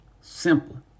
Simple